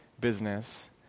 business